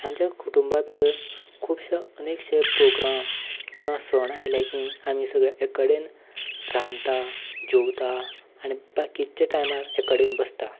आमच्या कुटुंबा भितर खुबशे अनेक प्रोग्राम किंवा सण आयले की आमी सगळे एक कडेन रांदतात जेवतात आनी बाकीच्या टायमार एककडेन बसतात